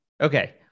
Okay